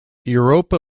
europa